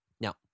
Now